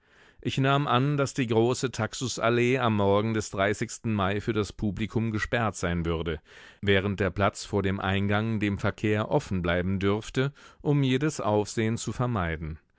ich nahm an daß die große taxusallee am morgen des mai für das publikum gesperrt sein würde während der platz vor dem eingang dem verkehr offenbleiben dürfte um jedes aufsehen zu vermeiden